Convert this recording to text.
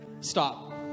stop